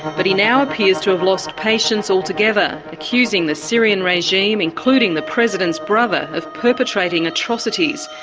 but he now appears to have lost patience altogether, accusing the syrian regime, including the president's brother, of perpetrating atrocities.